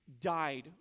died